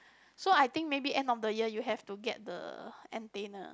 so I think maybe end of the year you have to get the antenna